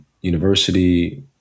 University